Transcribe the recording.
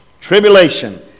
tribulation